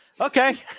okay